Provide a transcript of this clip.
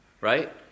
right